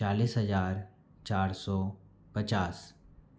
चालीस हजार चार सौ पचास